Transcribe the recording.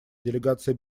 делегация